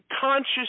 conscious